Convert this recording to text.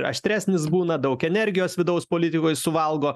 aštresnis būna daug energijos vidaus politikoj suvalgo